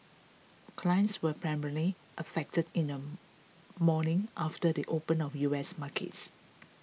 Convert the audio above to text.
clients were primarily affected in the morning after the the open of U S markets